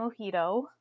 mojito